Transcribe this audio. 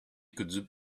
could